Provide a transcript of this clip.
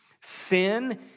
Sin